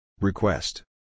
Request